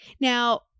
Now